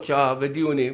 לדיונים.